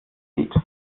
sieht